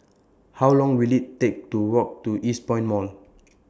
How Long Will IT Take to Walk to Eastpoint Mall